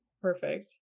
perfect